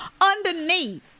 underneath